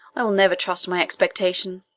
i will never trust my expectation.